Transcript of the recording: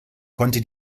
konnte